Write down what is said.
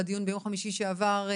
בדיון ביום חמישי שעבר,